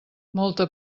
molta